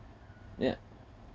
yeah